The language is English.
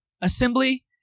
assembly